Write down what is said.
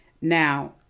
Now